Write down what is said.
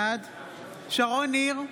בעד שרון ניר,